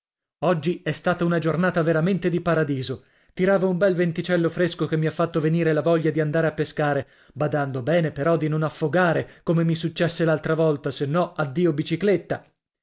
oggi è stata una giornata veramente di paradiso tirava un bel venticello fresco che mi ha fatto venire la voglia di andare a pescare badando bene però di non affogare come mi successe l'altra volta se no addio bicicletta